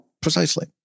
Precisely